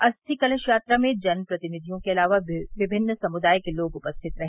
अस्थि कलश यात्रा में जनप्रतिनिधियों के अलावा विभिन्न समुदाय के लोग उपस्थित रहे